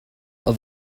oedd